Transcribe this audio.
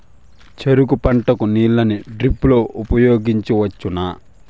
చెరుకు పంట కు నీళ్ళని డ్రిప్ లో ఉపయోగించువచ్చునా?